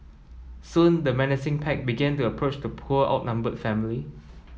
soon the menacing pack began to approach the poor outnumbered family